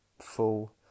full